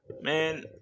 man